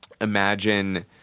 imagine